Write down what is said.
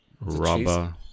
rubber